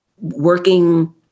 working